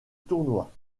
tournoi